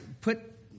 put